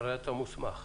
אתה מוסמך.